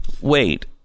wait